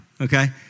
Okay